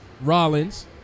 Rollins